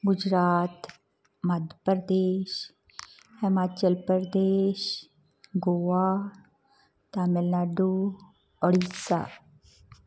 Gujarat Madhya Pradesh Himachal Pradesh Goa Tamil Nadu Odisha